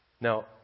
Now